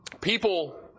people